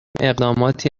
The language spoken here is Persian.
اقداماتی